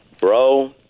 bro